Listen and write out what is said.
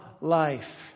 life